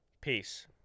peace